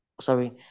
sorry